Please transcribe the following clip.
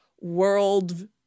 world